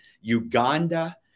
Uganda